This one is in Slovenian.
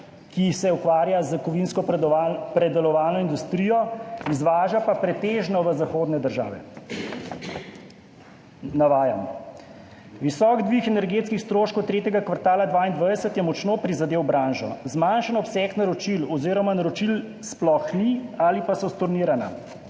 ki se ukvarja s kovinskopredelovalno industrijo, izvaža pa pretežno v zahodne države. Navajam: »Visok dvig energetskih stroškov tretjega kvartala 2022 je močno prizadel branžo, zmanjšan obseg naročil oziroma naročil sploh ni ali pa so stornirana.«